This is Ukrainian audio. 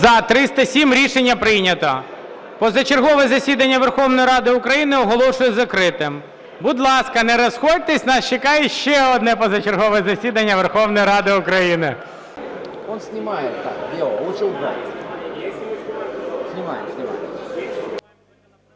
За-307 Рішення прийнято. Позачергове засідання Верховної Ради України оголошую закритим. Будь ласка, не розходьтесь. Нас чекає ще одне позачергове засідання Верховної Ради України.